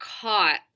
caught